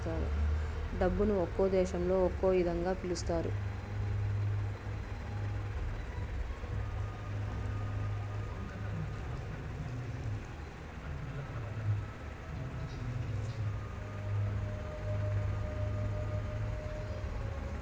డబ్బును ఒక్కో దేశంలో ఒక్కో ఇదంగా పిలుత్తారు